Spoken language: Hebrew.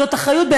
זאת אחריות,